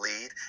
lead